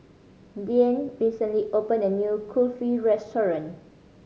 Deeann recently opened a new Kulfi restaurant